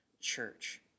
church